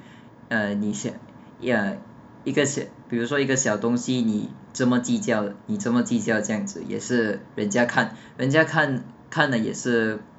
ah 你想 ya 一个小比如说一个小东西你这么计你这么计较这样子也是人家看人家看看了也是